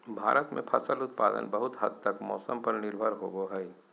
भारत में फसल उत्पादन बहुत हद तक मौसम पर निर्भर होबो हइ